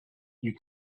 you